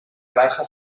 granja